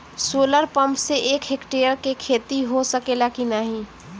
Solar pump से एक hectare क खेती हो सकेला की नाहीं?